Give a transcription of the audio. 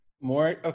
More